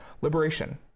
liberation